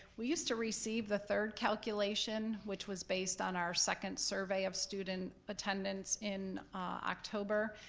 we used to receive the third calculation, which was based on our second survey of student attendance in october,